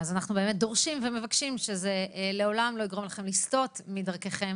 נכון שיש הכרזת מדיניות.